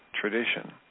tradition